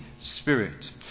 Spirit